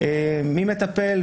מי מטפל,